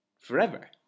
forever